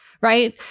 right